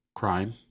Crime